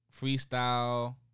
freestyle